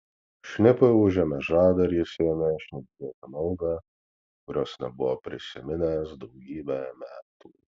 šnipui užėmė žadą ir jis ėmė šnibždėti maldą kurios nebuvo prisiminęs daugybę metų